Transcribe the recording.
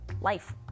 life